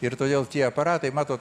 ir todėl tie aparatai mato